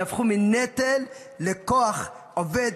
יהפכו מנטל לכוח עובד,